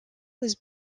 was